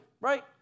Right